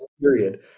period